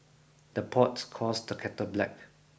the pot calls the kettle black